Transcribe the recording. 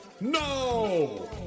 No